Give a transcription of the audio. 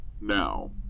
Now